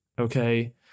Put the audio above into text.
okay